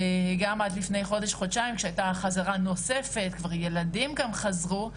וגם עד לפני חודש חודשיים כשהייתה חזרה נוספת כבר ילדים גם חזרו,